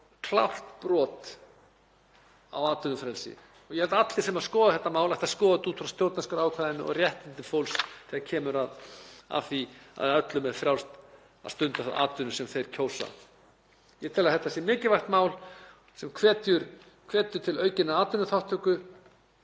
er klárt brot á atvinnufrelsi. Ég held að allir sem skoða þetta mál ættu að skoða þetta út frá stjórnarskrárákvæðinu og réttindum fólks þegar kemur að af því að öllum sé frjálst að stunda þá atvinnu sem þeir kjósa. Ég tel að þetta sé mikilvægt mál sem hvetur til aukinnar atvinnuþátttöku.